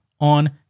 on